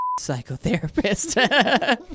psychotherapist